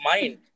mind